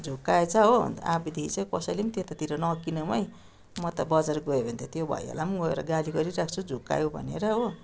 झुक्याएछ हो अन्त अबदेखि चाहिँ कसैले पनि त्यतातिर नकिनौँ है म त बजार गयो भने त त्यो भैयालाई गएर गाली गरिराख्छु झुक्यायौँ भनेर हो